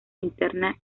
interna